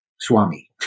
Swami